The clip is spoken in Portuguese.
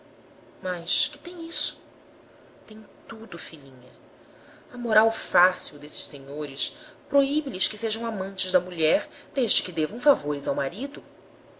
mas que tem isso tem tudo filhinha a moral fácil desses senhores proíbe lhes que sejam amantes da mulher desde que devam favores ao marido